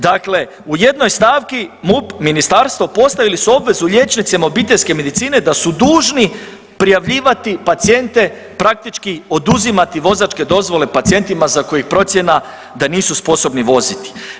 Dakle u jednoj stavki MUP, ministarstvo postavili su obvezu liječnicima obiteljske medicine da su dužni prijavljivati pacijente praktički oduzimati vozačke dozvole pacijentima za koje je procjena da nisu sposobni voziti.